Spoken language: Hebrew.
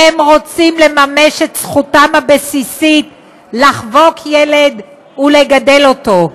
ורוצים לממש את זכותם הבסיסית לחבוק ילד ולגדל אותו,